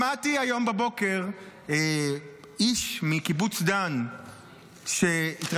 שמעתי היום בבוקר איש מקיבוץ דן שהתראיין,